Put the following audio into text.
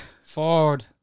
Ford